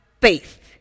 faith